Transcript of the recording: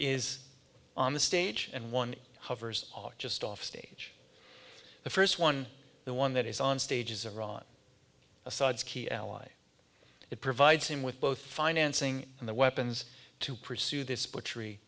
is on the stage and one hovers just off stage the first one the one that is on stage is a rock assad's key ally it provides him with both financing and the weapons to pursue this butchery